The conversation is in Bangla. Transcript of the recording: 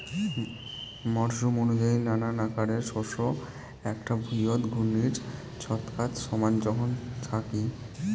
মরসুম অনুযায়ী নানান আকারের শস্য এ্যাকটা ভুঁইয়ত ঘূর্ণির ছচকাত সমান জোখন থাকি